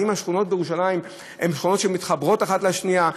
האם השכונות בירושלים הן שכונות שמתחברות אחת לשנייה?